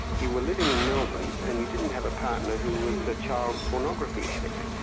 you were living in melbourne, and you didn't have a partner who was a child pornography addict.